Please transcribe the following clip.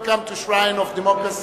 welcome to shrine of democracy,